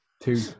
Two